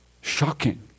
shocking